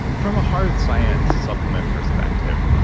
from a hard science supplement perspective,